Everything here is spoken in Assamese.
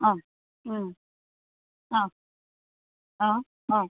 অঁ অঁ অঁ অঁ অঁ